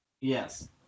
Yes